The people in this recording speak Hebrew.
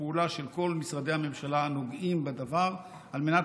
פעולה של כל משרדי הממשלה הנוגעים בדבר על מנת